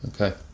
Okay